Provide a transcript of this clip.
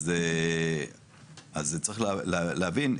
אז צריך לבין,